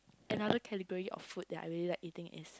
another category of food that I really like eating is